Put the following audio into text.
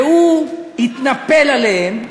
והוא התנפל עליהם.